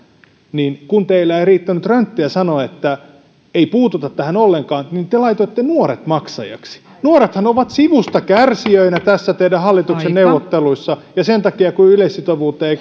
teillä ei riittänyt rönttiä sanoa että ei puututa tähän ollenkaan niin te te laitoitte nuoret maksajiksi nuorethan ovat sivustakärsijöinä tässä teidän hallituksen neuvotteluissa ja sen takia kun yleissitovuuteen ei